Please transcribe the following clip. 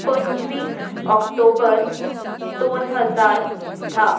पंचवीस ऑक्टोबर दोन हजार धा